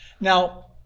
Now